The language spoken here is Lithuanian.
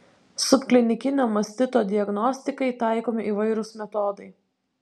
subklinikinio mastito diagnostikai taikomi įvairūs metodai